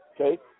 okay